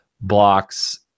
blocks